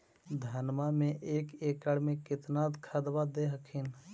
धनमा मे एक एकड़ मे कितना खदबा दे हखिन?